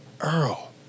Earl